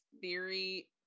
theory